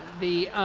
the.